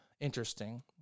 interesting